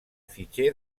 fitxer